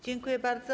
Dziękuję bardzo.